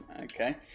Okay